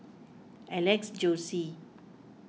Alex Josey